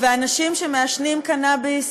ואנשים שמעשנים קנאביס